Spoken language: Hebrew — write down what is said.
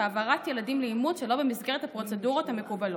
והעברת ילדים לאימוץ שלא במסגרת הפרוצדורות המקובלות.